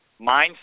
mindset